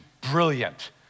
brilliant